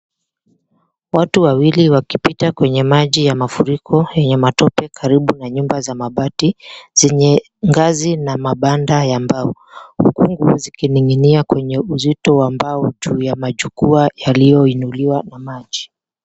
Watu wawili wakipita kwenye maji ya mafuriko, yenye matope karibu na nyumba za mabati zenye ngazi na mabanda ya mbao, huku nguo zikining'inia kwenye uzito wa mbao juu ya majukwaa yaliyoinuliwa na maji.